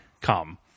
come